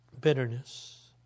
Bitterness